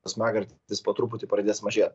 smagratis po truputį pradės mažėt